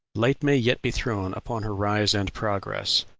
light may yet be thrown upon her rise and progress,